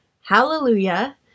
hallelujah